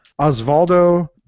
Osvaldo